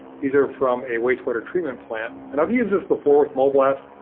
these are from a wastewater treatment plant and i've used this before with mole blast,